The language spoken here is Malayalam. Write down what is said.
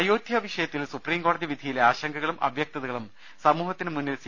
അയോധ്യ വിഷയത്തിൽ സുപ്രീംകോടതി വിധിയിലെ ആശങ്കകളും അവ്യക്തതകളും സമൂഹത്തിന് മുമ്പിൽ സി